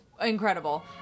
Incredible